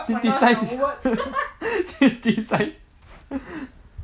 synthesise synthesise